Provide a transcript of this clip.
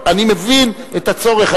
אני מבין את הצורך,